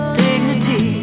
dignity